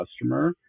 customer